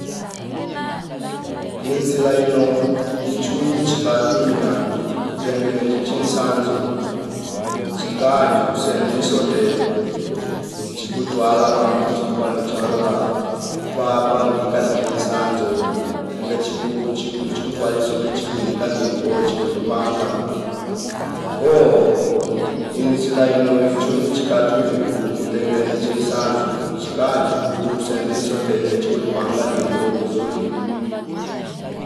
Inzi laino ichuonyi chikatumia kutenge chinsanzo chika njikuse ndisote chiku twala kwa mtipa nochalala pa- pangika lichesanzo enge chiku chi- chiku twalisote chiku yeika ningo chikulipanga koo inzi laino chiunchi chikatumio kuku tengele ichi sanzo chika njiku kuse ndiso tenge chikulipanga ningoo vizuri